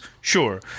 sure